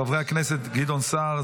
חברי הכנסת גדעון סער,